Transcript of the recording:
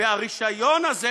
והרישיון הזה,